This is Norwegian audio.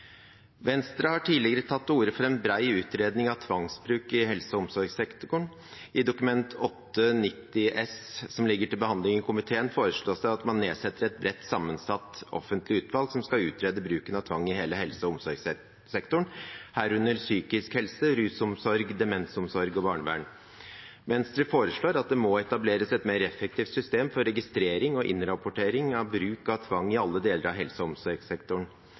Venstre har tidligere tatt til orde for en bred utredning av tvangsbruk i helse- og omsorgssektoren. I Dokument 8:90 S for 2015–2016, som ligger til behandling i komiteen, foreslås det at man nedsetter et bredt sammensatt offentlig utvalg som skal utrede bruken av tvang i hele helse- og omsorgssektoren, herunder psykisk helse, rusomsorg, demensomsorg og barnevern. Venstre foreslår at det må etableres et mer effektivt system for registrering og innrapportering av bruk av tvang i alle deler av helse- og omsorgssektoren.